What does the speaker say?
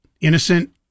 innocent